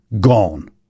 gone